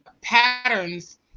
patterns